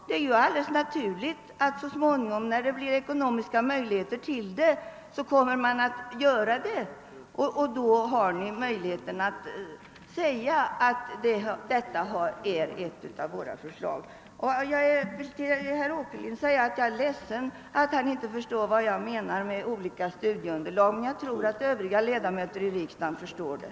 När ekonomiska möjligheter föreligger, kommer självfallet, så småningom ett förslag och då har ni möjlighet att säga att detta är ett av era uppslag. Till herr Åkerlind vill jag säga att jag är ledsen över att han inte förstår vad jag menar med olika studieunderlag — jag tror dock att övriga ledamöter i kammaren förstår det.